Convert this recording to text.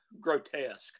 grotesque